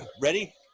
ready